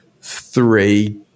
three